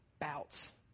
bouts